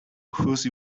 whose